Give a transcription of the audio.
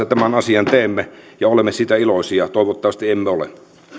tämän asian teemme ja olemme siitä iloisia toivottavasti emme ole